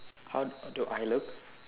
how do I look